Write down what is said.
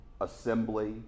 assembly